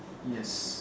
yes